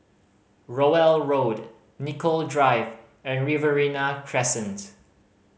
Rowell Road Nicoll Drive and Riverina Crescent